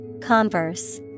Converse